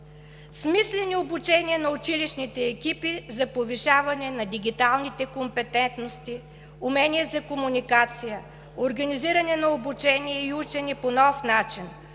смислени обучения на училищните екипи за повишаване на дигиталните компетентности; умения за комуникация; организиране на обучение и учене по нов начин;